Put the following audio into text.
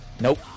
Nope